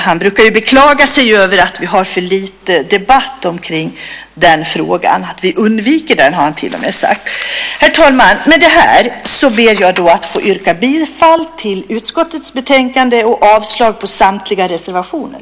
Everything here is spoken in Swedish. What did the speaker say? Han brukar ju beklaga sig över att vi har för lite debatt kring den; han har till och med sagt att vi undviker frågan. Herr talman! Med detta ber jag att få yrka bifall till utskottets förslag i betänkandet och avslag på samtliga reservationer.